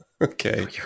okay